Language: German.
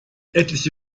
etliche